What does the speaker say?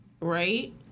right